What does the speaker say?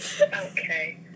Okay